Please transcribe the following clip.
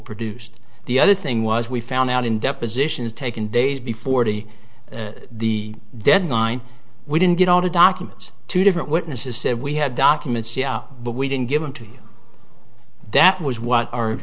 produced the other thing was we found out in depositions taken days before the the deadline we didn't get all the documents two different witnesses said we had documents but we didn't give into that was what